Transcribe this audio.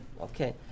Okay